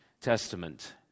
Testament